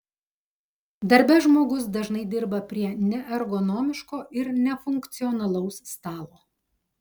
darbe žmogus dažnai dirba prie neergonomiško ir nefunkcionalaus stalo